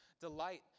Delight